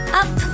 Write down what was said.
up